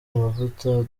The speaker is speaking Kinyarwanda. amavuta